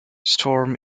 storm